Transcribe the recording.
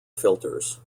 filters